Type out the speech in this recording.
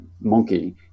monkey